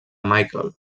michael